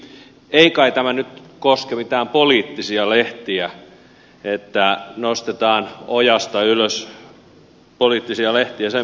ei kai tämä nyt koske mitään poliittisia lehtiä että nostetaan ojasta ylös poliittisia lehtiä sen perusteella